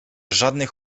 żadnych